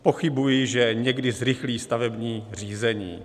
Pochybuji, že někdy zrychlí stavební řízení.